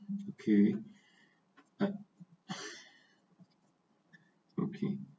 okay right okay